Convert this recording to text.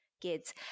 kids